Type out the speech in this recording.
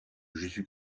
jésus